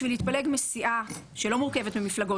בשביל להתפלג מסיעה שלא מורכבת ממפלגות